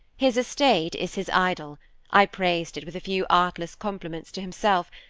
his estate is his idol i praised it with a few artless compliments to himself,